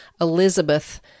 Elizabeth